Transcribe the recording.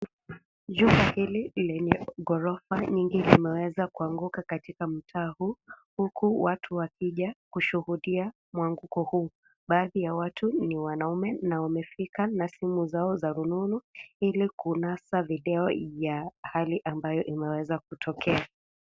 Jumba hili lenye ghorofa mingi, imeweza kuanguka katika mtaa huu. Huku watu wakijaza kushuhudia mwanguko huu. Baadhi ya watu ni wanaume na wamefika na simu zao za rununu ili kunasa video ya hali ambayo imeweza kutokea.